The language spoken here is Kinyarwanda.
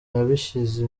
yabishyize